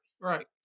right